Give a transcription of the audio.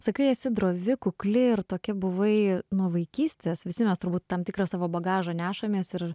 sakai esi drovi kukli ir tokia buvai nuo vaikystės visi mes turbūt tam tikrą savo bagažą nešamės ir